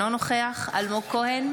אינו נוכח אלמוג כהן,